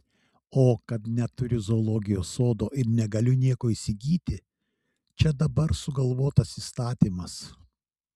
o kad neturiu zoologijos sodo ir negaliu nieko įsigyti čia dabar sugalvotas įstatymas